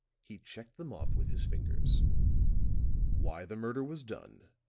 he checked them off with his fingers why the murder was done.